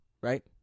right